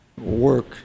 work